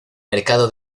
mercado